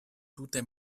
tute